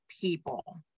people